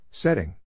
Setting